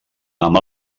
amb